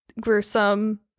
gruesome